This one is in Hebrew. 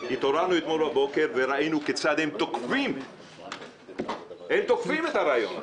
התעוררנו אתמול בבוקר וראינו כיצד הם תוקפים את הרעיון,